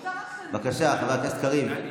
בבקשה, חבר הכנסת קריב.